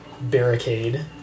barricade